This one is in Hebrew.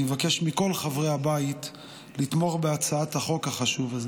אני מבקש מכל חברי הבית לתמוך בהצעת החוק החשובה הזאת.